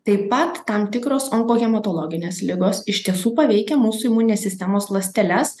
taip pat tam tikros onkohematologinės ligos iš tiesų paveikia mūsų imuninės sistemos ląsteles